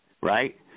right